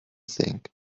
think